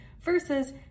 versus